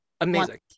amazing